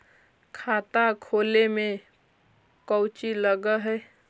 खाता खोले में कौचि लग है?